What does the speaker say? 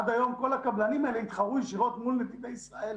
עד היום כל הקבלנים האלה התחרו ישירות מול נתיבי ישראל,